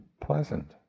pleasant